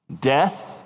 death